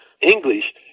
English